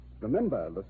remember